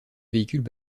véhicules